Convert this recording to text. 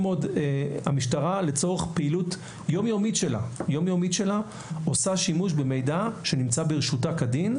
המשטרה לצורך פעילות יום יומית שלה עושה שימוש במידע שנמצא ברשותה כדי.